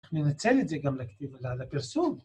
ננצל את זה גם לפרסום